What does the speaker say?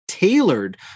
tailored